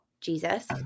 Jesus